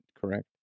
Correct